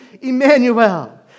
Emmanuel